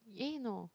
eh no